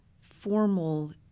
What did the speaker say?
formal